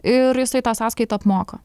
ir jisai tą sąskaitą apmoka